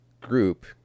group